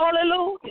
Hallelujah